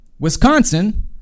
Wisconsin